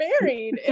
married